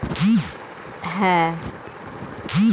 কাগজ শিল্প প্রধানত পাল্প আন্ড পেপার ইন্ডাস্ট্রি থেকে আসে